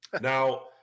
Now